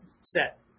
set